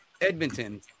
Edmonton